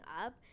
up